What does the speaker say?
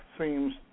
seems